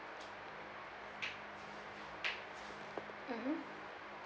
mmhmm